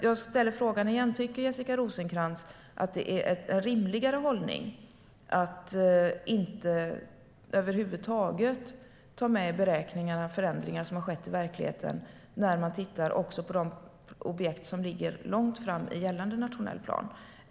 Jag ställer frågan igen: Tycker Jessica Rosencrantz att det är en rimligare hållning att i beräkningarna över huvud taget inte ta med förändringar som har skett i verkligheten när man tittar på de objekt som ligger långt fram i gällande nationell plan?